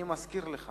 אני מזכיר לך